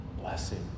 blessing